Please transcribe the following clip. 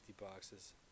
boxes